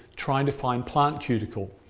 trying to find plant cuticle.